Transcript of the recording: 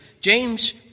James